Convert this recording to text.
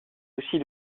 aussi